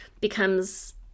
becomes